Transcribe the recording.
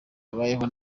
babayeho